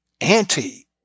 anti